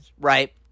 right